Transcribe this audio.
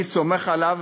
אני סומך עליו